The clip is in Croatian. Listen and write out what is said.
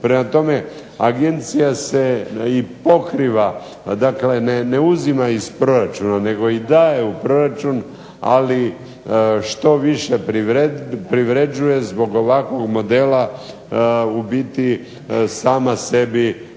Prema tome, Agencija se i pokriva, dakle ne uzima iz proračuna nego i daje u proračun. Ali što više privređuje zbog ovakvog modela u biti sama sebi